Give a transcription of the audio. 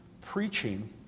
preaching